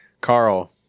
Carl